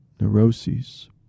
neuroses